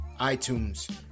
iTunes